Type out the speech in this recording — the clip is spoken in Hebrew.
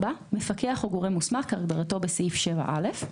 (4)מפקח או גורם מוסמך כהגדרתו בסעיף 7(א).